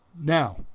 Now